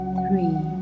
three